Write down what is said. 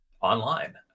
online